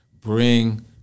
bring